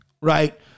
right